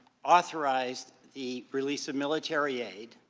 authorized the release of military aid.